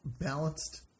balanced